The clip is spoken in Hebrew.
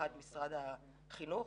משרד החינוך